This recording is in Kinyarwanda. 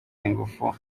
ingufu